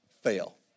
fail